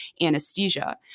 anesthesia